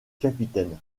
capitaine